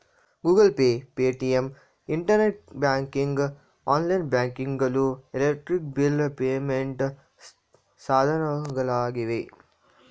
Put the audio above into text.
Google Pay, Paytm, internet banking, online banking ಗಳು electric bill payment ಸಾಧನಗಳಾಗಿವೆ